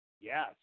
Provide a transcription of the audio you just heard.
yes